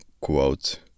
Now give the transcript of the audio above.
quote